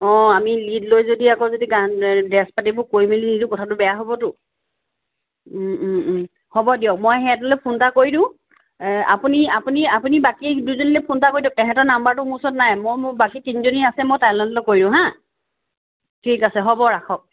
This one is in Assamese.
অ আমি লিড লৈ যদি আকৌ যদি গান ড্ৰেছ পাতিবোৰ কৈ মেলি নিদিওঁ কথাটো বেয়া হ'বতো হ'ব দিয়ক মই সিহঁতলৈ ফোন এটা কৰি দিওঁ এ আপুনি আপুনি আপুনি বাকী দুজনীলে ফোন এটা কৰি দিয়ক তেহেঁতৰ নাম্বাৰটো মোৰ ওচৰত নাই মই মোৰ বাকী তিনিজনী আছে মই তাহাঁতলৈ কৰি দিওঁ হা ঠিক আছে হ'ব ৰাখক